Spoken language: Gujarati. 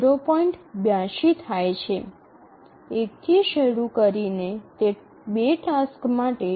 ૧ થી શરૂ કરીને તે ૨ ટાસક્સ માટે 0